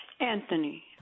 Anthony